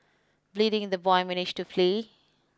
bleeding the boy managed to flee